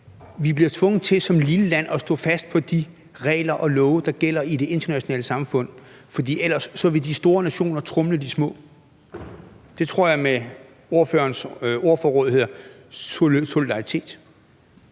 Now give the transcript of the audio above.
vi bliver tvunget til som lille land at stå fast på de regler og love, der gælder i det internationale samfund, for ellers vil de store nationer tromle de små. Det tror jeg i forhold til